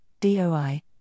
DOI